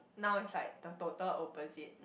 now it's like the total opposite